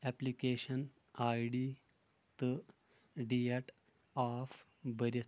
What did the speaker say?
application I D تہٕ date of بٔرِتھ